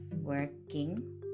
working